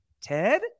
Ted